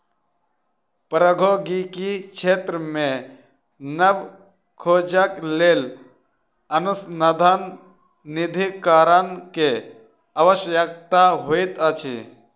प्रौद्योगिकी क्षेत्र मे नब खोजक लेल अनुसन्धान निधिकरण के आवश्यकता होइत अछि